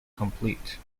complete